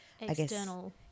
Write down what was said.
external